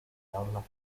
habla